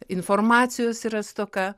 informacijos yra stoka